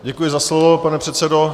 Děkuji za slovo, pane předsedo.